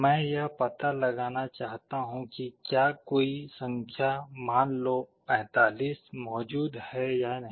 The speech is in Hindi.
मैं यह पता लगाना चाहता हूं कि क्या कोई संख्या मान लो 45 मौजूद है या नहीं